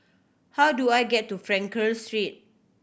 how do I get to Frankel Street